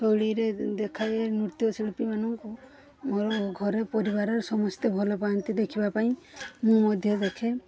ଶୈଳୀରେ ଦେଖା ଦିଏ ନୃତ୍ୟ ଶିଳ୍ପୀମାନଙ୍କୁ ମୋର ଘରେ ପରିବାରରେ ସମସ୍ତେ ଭଲ ପାଆନ୍ତି ଦେଖିବା ପାଇଁ ମୁଁ ମଧ୍ୟ ଦେଖେ